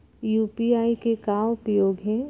UPI के का उपयोग हे?